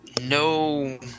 No